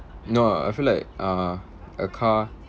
no I feel like uh a car